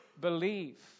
believe